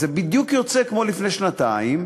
זה בדיוק יוצא כמו לפני שנתיים,